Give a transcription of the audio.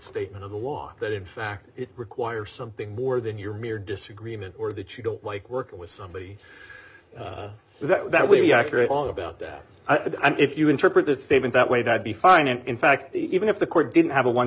statement of the law that in fact it requires something more than your mere disagreement or that you don't like working with somebody that would be accurate all about that if you interpret that statement that way to be fine and in fact even if the court didn't have a one